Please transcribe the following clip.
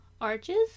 arches